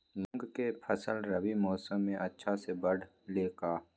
मूंग के फसल रबी मौसम में अच्छा से बढ़ ले का?